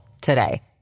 today